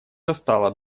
застала